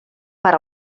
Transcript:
per